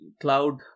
cloud